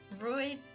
Roy